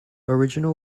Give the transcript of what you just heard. original